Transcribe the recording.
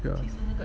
ya